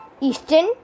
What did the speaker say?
Eastern